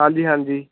ਹਾਂਜੀ ਹਾਂਜੀ